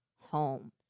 home